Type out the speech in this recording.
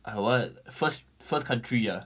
I want first first country ah